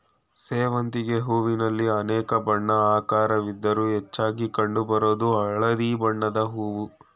ಸೇವಂತಿಗೆ ಹೂವಿನಲ್ಲಿ ಅನೇಕ ಬಣ್ಣ ಆಕಾರವಿದ್ರೂ ಹೆಚ್ಚಾಗಿ ಕಂಡು ಬರೋದು ಹಳದಿ ಬಣ್ಣದ್ ಹೂವು